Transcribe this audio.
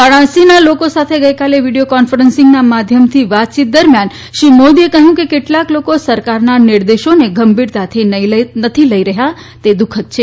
વારાણસીના લોકો સાથે ગઈકાલે વિડીયો કોન્ફરન્સીંગના માધ્યમથી વાતચીત દરમિયાન શ્રી મોદીએ કહયું કે કેટલાક લોકો સરકારના નીર્દેશોને ગંભીરતાથી નથી લઇ રહયાં તે દુઃખદ છે